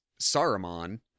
Saruman